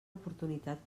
oportunitat